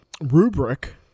rubric